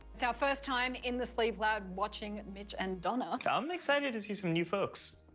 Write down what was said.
it's our first time in the sleep lab watching mitch and donna. like i'm excited to see some new folks.